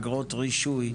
אגרות רישוי,